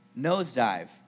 Nosedive